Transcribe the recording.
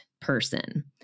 person